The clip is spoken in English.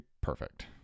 perfect